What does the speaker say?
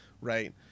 right